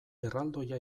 erraldoia